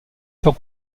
peut